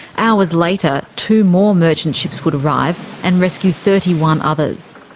hours later, two more merchant ships would arrive and rescue thirty one others.